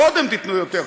קודם תיתנו יותר,